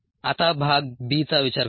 आता भाग b चा विचार करू